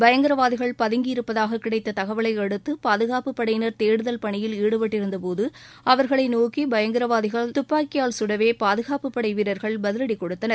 பயங்கரவாதிகள் பதங்கி இருப்பதாக கிடைத்த தகவலையடுத்து பாதுகாப்பு படையினர் தேடுதல் பணியில் ஈடுபட்டிருந்தபோது அவர்களை நோக்கி பயங்கரவாதிகள் துப்பாக்கியால் சுடவே பாதுகாப்பு படை வீரர்கள் பதிவடி கொடுத்தனர்